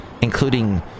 Including